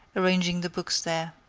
arranging the books there.